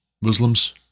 Muslims